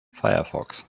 firefox